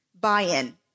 buy-in